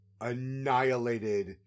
annihilated